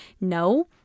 No